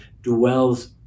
dwells